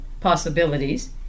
possibilities